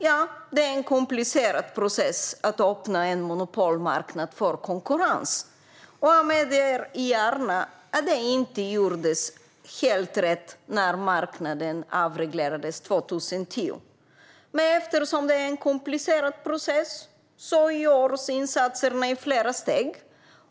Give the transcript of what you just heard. Ja, det är en komplicerad process att öppna en monopolmarknad för konkurrens. Och jag medger gärna att det inte gjordes helt rätt när marknaden avreglerades 2010. Men eftersom det är en komplicerad process görs insatserna i flera steg.